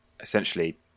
essentially